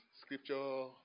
scripture